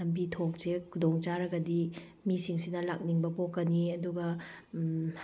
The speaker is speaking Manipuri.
ꯂꯝꯕꯤ ꯊꯣꯡꯁꯦ ꯈꯨꯗꯣꯡ ꯆꯥꯔꯒꯗꯤ ꯃꯤꯁꯤꯡꯁꯤꯅ ꯂꯥꯛꯅꯤꯡꯕ ꯄꯣꯛꯀꯅꯤ ꯑꯗꯨꯒ